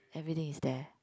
everything is there